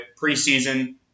Preseason